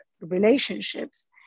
relationships